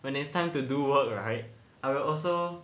when it's time to do work right I will also